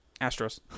Astros